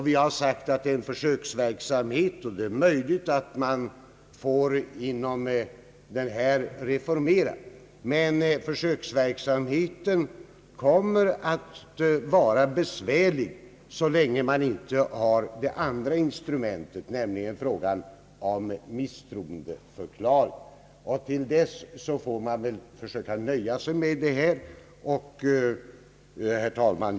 Vi har sagt att det är en försöksverksamhet, och det är möjligt att man får reformera den. Försöksverksamheten kommer emellertid att vara besvärlig så länge man inte har det andra instrumentet, nämligen misstroendeförklaringen. Till dess får man väl försöka nöja sig med detta. Herr talman!